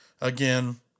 Again